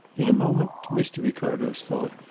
in a moment, to mr. ricardo's thought,